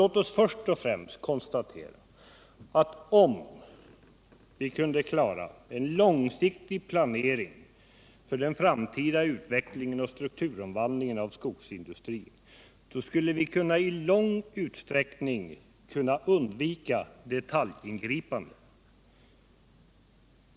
Låt oss först och främst konstatera att om vi kunde klara en långsiktig planering för den framtida utvecklingen och strukturomvandlingen av skogsindustrin, då skulle vi i stor utsträckning kunna undvika detaljingripanden.